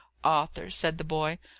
arthur, said the boy,